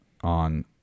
on